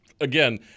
again